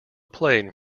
played